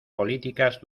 políticas